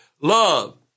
love